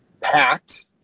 packed